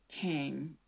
came